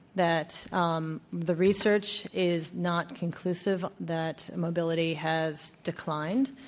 that um the research is not conclusive, that mobility has declined.